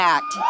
Act